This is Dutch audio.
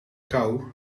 kou